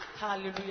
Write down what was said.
Hallelujah